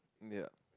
yeah